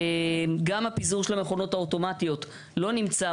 גם הפיזור של המכונות האוטומטיות לא נמצא,